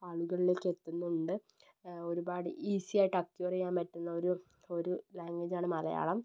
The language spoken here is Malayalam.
ആളുകളിലേക്ക് എത്തുന്നുണ്ട് ഒരുപാട് ഈസി ആയിട്ട് അക്ക്വയർ ചെയ്യാൻ പറ്റുന്ന ഒരു ഒരു ലാംഗ്വേജ് ആണ് മലയാളം